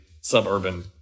suburban